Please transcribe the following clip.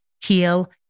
heal